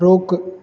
रोकु